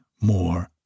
more